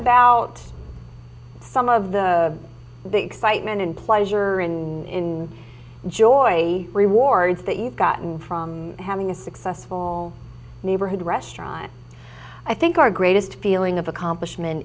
about some of the excitement in pleasure or in joy rewards that you've gotten from having a successful neighborhood restaurant i think our greatest feeling of accomplishment